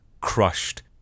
crushed